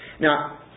Now